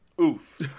Oof